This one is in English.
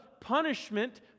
punishment